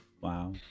Wow